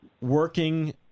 Working